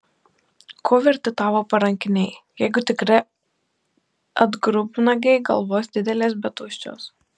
ko verti tavo parankiniai jeigu tikri atgrubnagiai galvos didelės bet tuščios